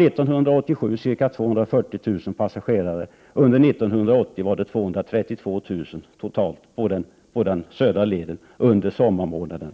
1987 var det ca 240 000 passagerare och 1988 var det 232 000 totalt på den södra leden under sommarmånaderna.